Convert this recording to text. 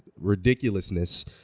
ridiculousness